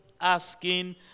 asking